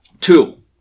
Two